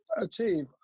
achieve